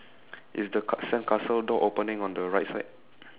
is the ca~ sandcastle door opening on the right side